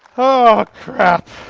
oh crap,